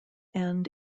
end